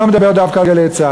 אני לא מדבר דווקא על "גלי צה"ל".